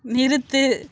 நிறுத்து